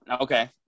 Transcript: Okay